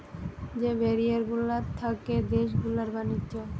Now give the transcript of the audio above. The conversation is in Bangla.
যে ব্যারিয়ার গুলা থাকে দেশ গুলার ব্যাণিজ্য